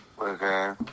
Okay